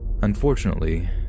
unfortunately